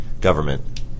government